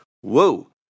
Whoa